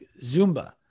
zumba